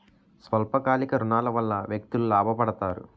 స్వల్ప కాలిక ఋణాల వల్ల వ్యక్తులు లాభ పడతారు